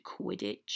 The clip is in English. Quidditch